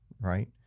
right